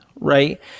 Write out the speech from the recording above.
right